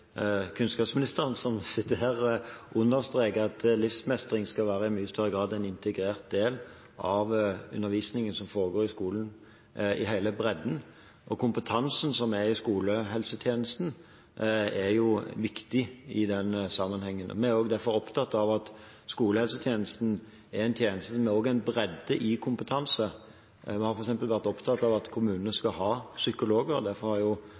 kunnskapsministeren, som sitter her, understreket at livsmestring i mye større grad skal være en integrert del av undervisningen som foregår i skolen, i hele bredden, og kompetansen som er i skolehelsetjenesten, er jo viktig i den sammenhengen. Vi er også derfor opptatt av at skolehelsetjenesten er en tjeneste, men også en bredde i kompetanse. Vi har f.eks. vært opptatt av at kommunene skal ha psykologer. Derfor har